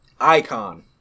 Icon